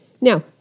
Now